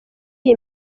iyi